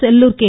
Sellur K